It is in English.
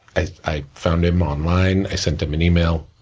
i i found him online, i sent him an email.